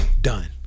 Done